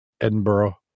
Edinburgh